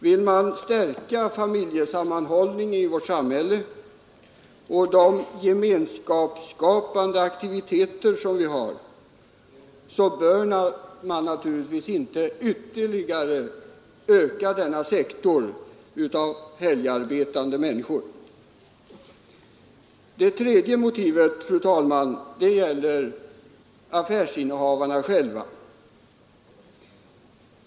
Vill man stärka familjesammanhållningen i vårt samhälle och stimulera till gemenskapsfrämjande aktiviteter bör man naturligtvis inte ytterligare öka sektorn av helgarbetande människor. Det tredje motivet gäller affärsinnehavarna själva.